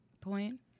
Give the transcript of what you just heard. point